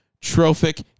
trophic